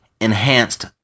enhanced